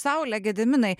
saule gediminai